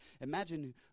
imagine